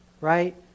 Right